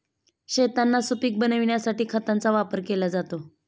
शेतांना सुपीक बनविण्यासाठी खतांचा वापर केला जातो